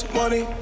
Money